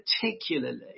particularly